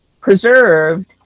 preserved